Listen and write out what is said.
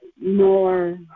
more